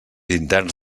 interns